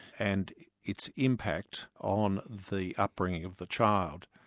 and its impact on the upbringing of the child.